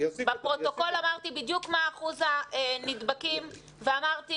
בפרוטוקול אמרתי בדיוק מה אחוז הנדבקים ואמרתי